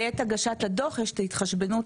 בעת הגשת הדו"ח יש את התחשבות.